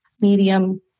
medium